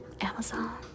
amazon